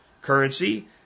currency